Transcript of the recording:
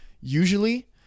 Usually